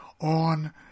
on